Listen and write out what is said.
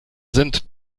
sind